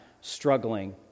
struggling